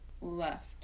left